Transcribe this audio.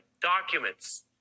documents